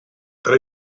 tra